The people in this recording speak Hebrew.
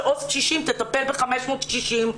שעו"ס קשישים תטפל ב-500 קשישים.